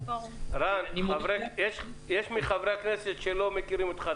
רן, יש מחברי הכנסת שלא מכירים אותך.